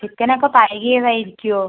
chicken ഒക്കെ പഴകിയത് ആയിരിക്കുമോ